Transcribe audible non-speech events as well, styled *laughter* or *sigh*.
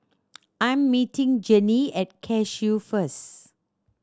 *noise* I'm meeting Jennie at Cashew first